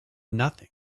nothing